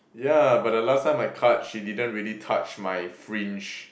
yeah but the last time I cut she didn't really touch my fringe